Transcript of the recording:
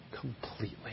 completely